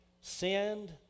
send